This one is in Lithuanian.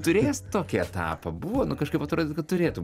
turėjęs tokį etapą buvo nu kažkaip atrodo kad turėtum